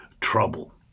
trouble